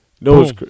No